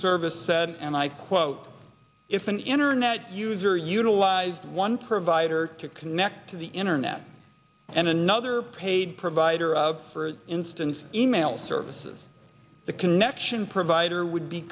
service said and i quote if an internet user utilized one provider to connect to the internet and another paid provider for instance e mail services the connection provider would be